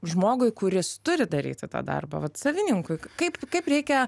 žmogui kuris turi daryti tą darbą vat savininkui kaip kaip reikia